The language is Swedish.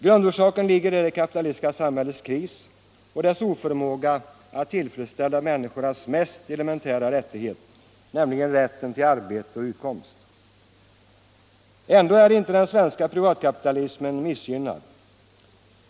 Grundorsaken ligger i det kapitalistiska samhällets kris och dess oförmåga att tillfredsställa människornas mest elementära rättighet, nämligen rätten till arbete och utkomst. Ändock är inte den svenska privatkapitalismen missgynnad.